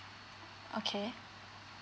okay